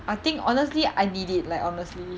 I think honestly I need it like honestly